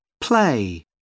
play